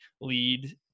lead